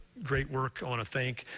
great work. i want to thank